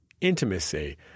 intimacy